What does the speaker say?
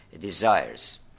desires